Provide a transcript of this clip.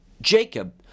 Jacob